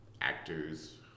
actors